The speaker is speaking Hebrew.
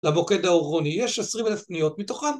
למוקד האורגוני יש עשרים אלף פניות מתוכן